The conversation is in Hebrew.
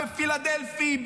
בפילדלפי,